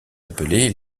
appelés